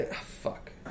fuck